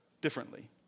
differently